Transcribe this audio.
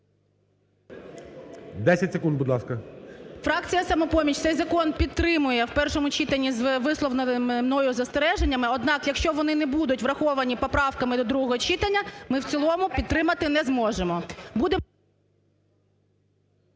10 секунд, будь ласка. ОСТРІКОВА Т.Г. Фракція "Самопоміч" цей закон підтримує в першому читанні з виловленими мною застереженнями. Однак, якщо вони не будуть враховані поправками до другого читання, ми в цілому підтримати не зможемо.